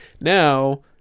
now